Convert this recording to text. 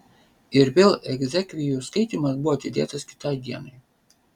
ir vėl egzekvijų skaitymas buvo atidėtas kitai dienai